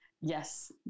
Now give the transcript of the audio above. Yes